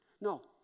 No